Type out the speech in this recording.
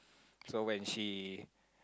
so when she